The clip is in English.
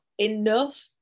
enough